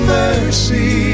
mercy